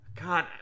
God